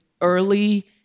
early